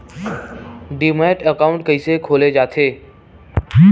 Demat account कइसे खोले जाथे?